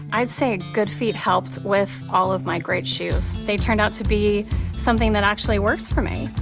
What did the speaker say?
i'd say good feet helped with all of my great shoes. they turned out to be something that actually works for me.